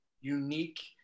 unique